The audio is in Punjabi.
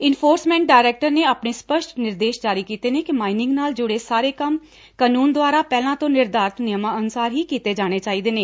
ਇਨਫੋਰਸਮੈਟ ਡਾਇਰੈਕਟਰ ਨੇ ਸਪਸ਼ਟ ਨਿਰਦੇਸ਼ ਜਾਰੀ ਕੀਤੇ ਨੇ ਕਿ ਮਾਈਨਿੰਗ ਨਾਲ ਜੁੜੇ ਸਾਰੇ ਕੰਮ ਕਾਨੂੰਨ ਦੁਆਰਾ ਪਹਿਲਾਂ ਤੋਂ ਨਿਰਧਾਰਤ ਨਿਯਮਾਂ ਅਨੁਸਾਰ ਹੀ ਕੀਤੇ ਜਾਣੇ ਚਾਹੀਦੇ ਨੇ